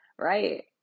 right